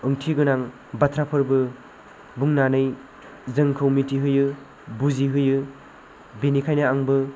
ओंथि गोनां बाथ्राफोरबो बुंनानै जोंखौ मिथिहोयो बुजि होयो बेनिखायनो आंबो